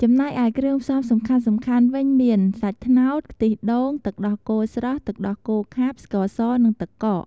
ចំណែកឯគ្រឿងផ្សំសំខាន់ៗវិញមាន សាច់ត្នោត ខ្ទិះដូង ទឹកដោះគោស្រស់ ទឹកដោះគោខាប់ ស្ករស និងទឹកកក។